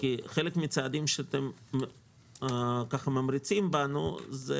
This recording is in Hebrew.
חלק מן הצעדים שאתם ממריצים בנו זה